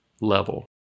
level